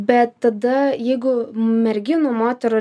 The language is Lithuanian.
bet tada jeigu merginų moterų